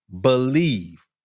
believe